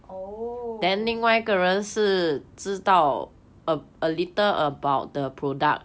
oh